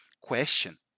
question